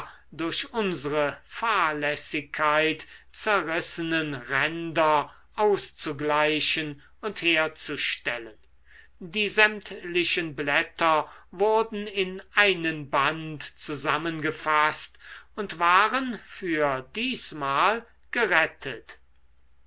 durch unsre fahrlässigkeit zerrissenen ränder auszugleichen und herzustellen die sämtlichen blätter wurden in einen band zusammengefaßt und waren für diesmal gerettet